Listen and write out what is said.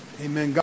Amen